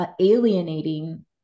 alienating